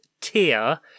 tier